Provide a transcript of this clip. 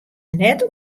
net